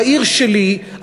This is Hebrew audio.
העיר שלי,